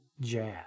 jazz